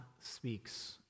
speaks